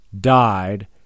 died